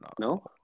No